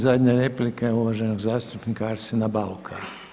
I zadnja replika je uvaženog zastupnika Arsena Bauka.